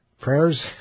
prayers